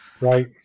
right